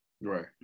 Right